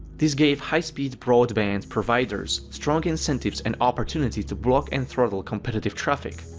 this gave high-speed broadband providers strong incentives and opportunity to block and throttle competitive traffic.